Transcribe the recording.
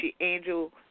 Angel